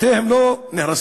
בתיהם לא נהרסים.